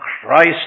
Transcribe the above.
Christ